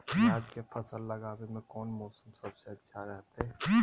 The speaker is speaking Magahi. प्याज के फसल लगावे में कौन मौसम सबसे अच्छा रहतय?